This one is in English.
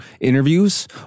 interviews